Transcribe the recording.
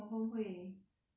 drive very safely 的